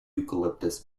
eucalyptus